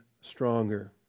stronger